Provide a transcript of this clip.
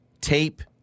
tape